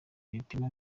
ibipimo